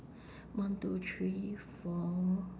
one two three four